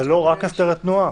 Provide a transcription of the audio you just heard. הרי זה לא רק הסדרי תנועה.